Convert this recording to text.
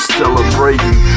celebrating